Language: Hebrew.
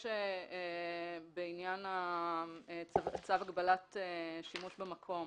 לעניין צו הגבלת שימוש במקום.